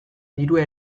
dirua